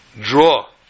draw